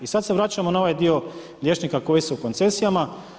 I sad se vraćamo na ovaj dio liječnika koji su u koncesijama.